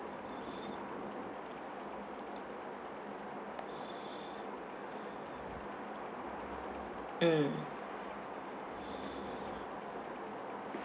mm